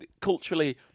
culturally